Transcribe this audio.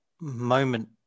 moment